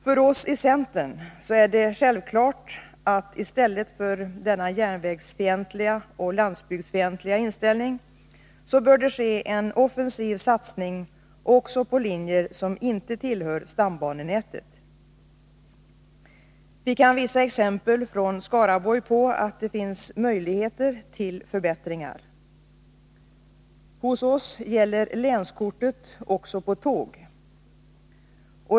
För ossi centern är det självklart att i stället för denna järnvägsfientliga och landsbygdsfientliga inställning bör det ske en offensiv satsning också på linjer som inte tillhör stambanenätet. Vi kan visa exempel från Skaraborg på att det finns möjligheter till förbättringar. Hos oss gäller länskortet också på tåg.